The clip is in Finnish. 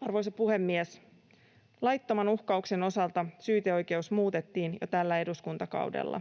Arvoisa puhemies! Laittoman uhkauksen osalta syyteoikeus muutettiin jo tällä eduskuntakaudella.